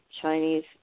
Chinese